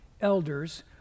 elders